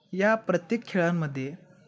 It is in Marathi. या प्रत्येक खेळांमध्ये